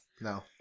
No